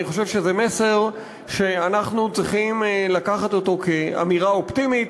אני חושב שזה מסר שאנחנו צריכים לקחת אותו כאמירה אופטימית,